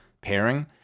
pairing